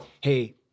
Hey